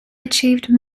achieved